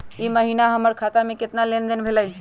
ई महीना में हमर खाता से केतना लेनदेन भेलइ?